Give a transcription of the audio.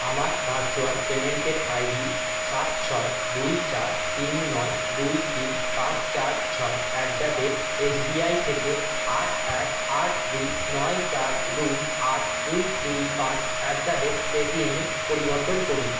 আমার ভার্চুয়াল পেমেন্টের I D সাত ছয় দুই চার তিন নয় দুই তিন পাঁচ চার ছয় at the rate S B I থেকে আট এক আট দুই নয় চার দুই আট দুই দুই পাঁচ অ্যাট দ্য রেট পেটিএমে পরিবর্তন করুন